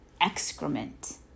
excrement